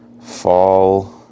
fall